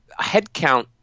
headcount